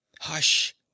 hush